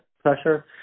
pressure